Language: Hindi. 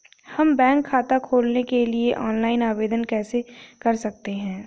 हम बैंक खाता खोलने के लिए ऑनलाइन आवेदन कैसे कर सकते हैं?